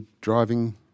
driving